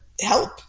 help